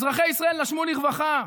אזרחי ישראל נשמו לרווחה,